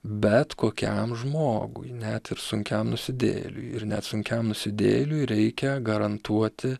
bet kokiam žmogui net ir sunkiam nusidėjėliui ir net sunkiam nusidėjėliui reikia garantuoti